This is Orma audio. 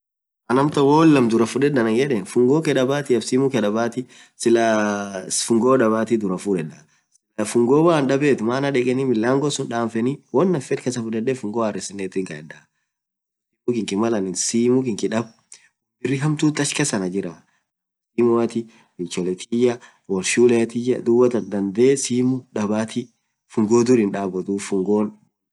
ann amtaan hoo woan laam dura fuded anan yedeen ,simuu kee dabatiaf hyofungoo kee dabaati fungoo dabatii duraa fuded mana fungo malaan daab milango hinchapsenii fungoo haress bitedaa, malanin simuu kiyy daab woan birii hamtuut kass anaa jiraa woan shuleatii duubataan dandee simuu fungoo duur hindabuu.